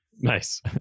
Nice